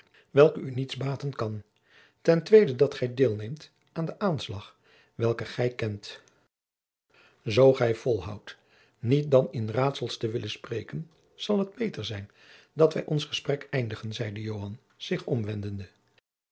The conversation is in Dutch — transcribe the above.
welke u niets baten kan ten tweede dat gij deel neemt in den aanslag welken gij kent zoo gij volhoudt niet dan in raadsels te willen spreken zal het beter zijn dat wij ons jacob van lennep de pleegzoon gesprek eindigen zeide joan zich